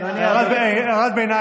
אם זה לא בגללכם,